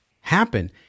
happen